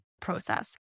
process